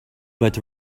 but